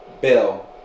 Bill